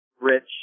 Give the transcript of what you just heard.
rich